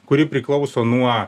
kuri priklauso nuo